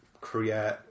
create